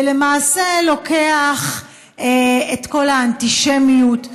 ולמעשה לוקח את כל האנטישמיות,